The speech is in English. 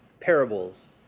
parables